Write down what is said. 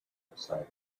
excited